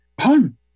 home